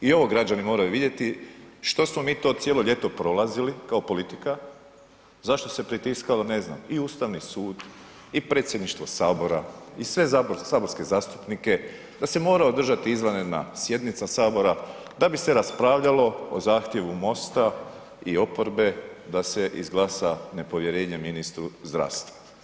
I ovo građani moraju vidjeti što smo mi to cijelo ljeto prolazili kao politika, zašto se pritiskalo ne znam i Ustavni sud i predsjedništvo HS i sve saborske zastupnike da se mora održati izvanredna sjednica HS da bi se raspravljalo o zahtjevu MOST-a i oporbe da se izglasa nepovjerenje ministru zdravstva.